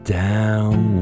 down